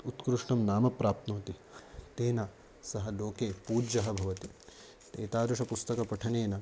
उत्कृष्टं नाम प्राप्नोति तेन सः लोके पूज्यः भवति एतादृशपुस्तकपठनेन